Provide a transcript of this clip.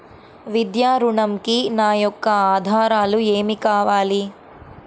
విద్యా ఋణంకి నా యొక్క ఆధారాలు ఏమి కావాలి?